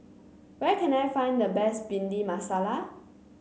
where can I find the best Bhindi Masala